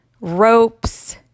ropes